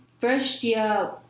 first-year